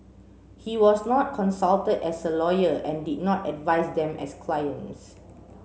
he was not consulted as a lawyer and did not advise them as clients